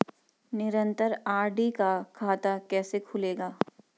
निरन्तर आर.डी का खाता कैसे खुलेगा?